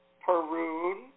Perun